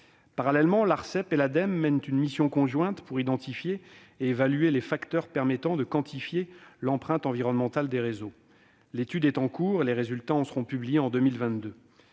transition écologique) mènent une mission conjointe pour identifier et évaluer les facteurs permettant de quantifier l'empreinte environnementale des réseaux. L'étude est en cours, et les résultats seront publiés en 2022.